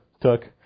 took